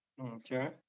okay